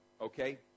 Okay